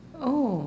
oh